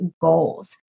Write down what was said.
goals